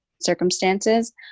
circumstances